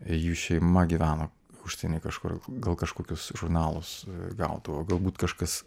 jų šeima gyveno užsieny kažkur gal kažkokius žurnalus gaudavo galbūt kažkas